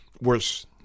worse